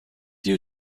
you